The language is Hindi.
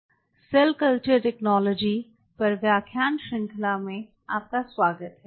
पाली D lysine deposition cell culture technology पर व्याख्यान श्रृंखला में आपका स्वागत है